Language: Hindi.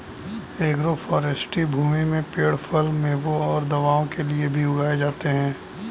एग्रोफ़ोरेस्टी भूमि में पेड़ फल, मेवों और दवाओं के लिए भी उगाए जाते है